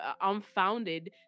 unfounded